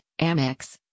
Amex